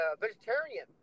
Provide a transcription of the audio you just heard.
vegetarian